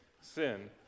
sin